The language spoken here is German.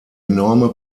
enorme